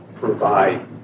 Provide